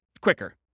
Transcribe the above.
quicker